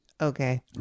Okay